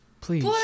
Please